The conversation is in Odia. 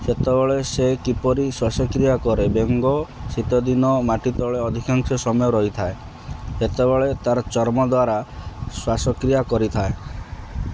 ସେତେବେଳେ ସେ କିପରି ଶ୍ଵାସକ୍ରିୟା କରେ ବେଙ୍ଗ ଶୀତଦିନ ମାଟି ତଳେ ଅଧିକାଂଶ ସମୟ ରହିଥାଏ ସେତେବେଳେ ତାର ଚର୍ମ ଦ୍ୱାରା ଶ୍ଵାସକ୍ରିୟା କରିଥାଏ